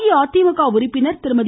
அஇஅதிமுக உறுப்பினர் திருமதி